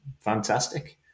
Fantastic